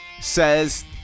says